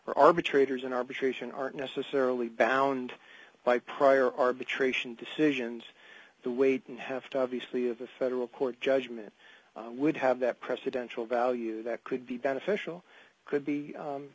arbitrators in arbitration aren't necessarily bound by prior arbitration decisions the way didn't have to obviously of the federal court judgment would have that presidential value that could be beneficial could be